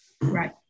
Right